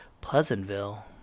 Pleasantville